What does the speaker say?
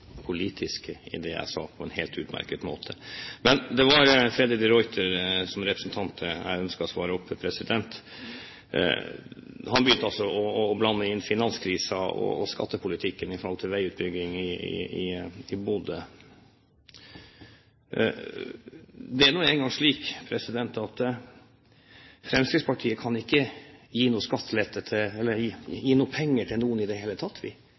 politiske i det jeg sa på en helt utmerket måte. Men det var representanten Freddy de Ruiter jeg ønsket å svare. Han begynte å blande inn finanskrisen og skattepolitikken i forhold til veiutbygging i Bodø. Det er nå engang slik at Fremskrittspartiet ikke kan gi penger til noen i det hele tatt. Vi